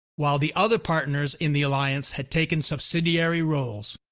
while the other partners in the alliance had taken subsidiary roles.